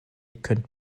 könnt